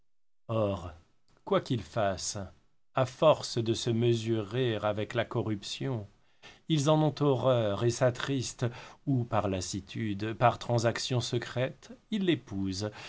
or quoi qu'ils fassent à force de se mesurer avec la corruption ils en ont horreur et s'attristent ou par lassitude par transaction secrète ils l'épousent